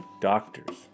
doctors